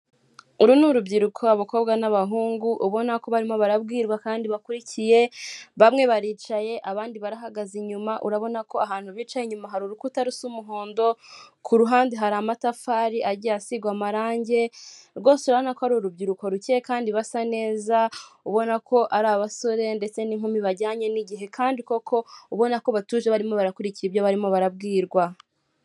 Uru ni urubyiruko abakobwa n'abahungu ubona ko barimo barabwirwa kandi bakurikiye, bamwe baricaye abandi barahagaze inyuma, urabona ko ahantu bicaye inyuma hari urukuta rusa umuhondo, ku ruhande hari amatafari agiye asigwa amarangi, rwose urabona ko ari urubyiruko rukeye kandi basa neza, ubona ko ari abasore ndetse n'inkumi bajyanye n'igihe, kandi koko ubona ko batuje barimo barakurikira ibyo barimo barabwirwa.